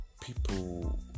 people